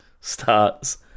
starts